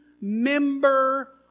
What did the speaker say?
member